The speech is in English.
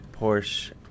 Porsche